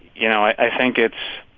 you know, i think it's.